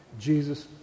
Jesus